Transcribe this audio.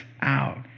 out